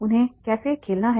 उन्हें कैसे खेलना है